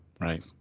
Right